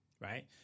right